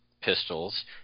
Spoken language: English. pistols